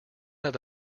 out